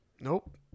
Nope